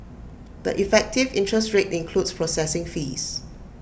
the effective interest rate includes processing fees